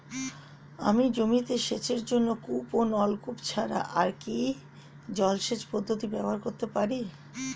আমি জমিতে সেচের জন্য কূপ ও নলকূপ ছাড়া আর কি জলসেচ পদ্ধতি ব্যবহার করতে পারি?